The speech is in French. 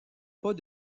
pas